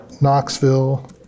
Knoxville